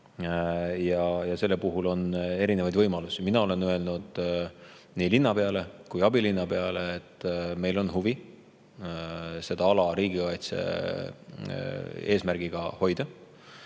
Selle puhul on erinevaid võimalusi. Mina olen öelnud nii linnapeale kui ka abilinnapeale, et meil on huvi seda ala riigikaitse eesmärgiga hoida.